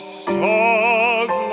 star's